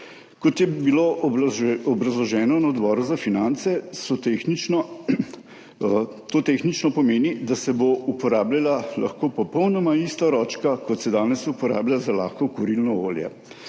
Kot je bilo obrazloženo na Odboru za finance to tehnično pomeni, da se bo lahko uporabljala popolnoma ista ročka, kot se danes uporablja za lahko kurilno olje,